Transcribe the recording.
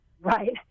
Right